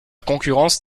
concurrence